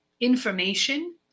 information